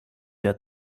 der